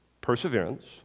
perseverance